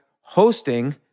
hosting